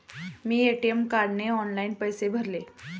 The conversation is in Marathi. मी ए.टी.एम कार्डने ऑनलाइन पैसे भरले